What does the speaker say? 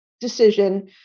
decision